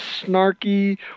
snarky